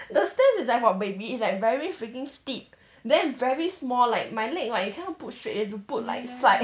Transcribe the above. the stairs is like for baby it's like very freaking steep then very small like my leg like you cannot be straight have to put like side